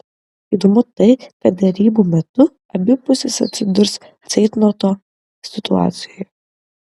įdomu tai kad derybų metu abi pusės atsidurs ceitnoto situacijoje